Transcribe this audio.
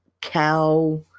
cow